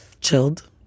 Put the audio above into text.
Chilled